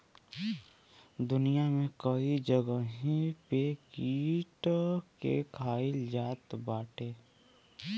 दुनिया में कई जगही पे कीट के खाईल जात बाटे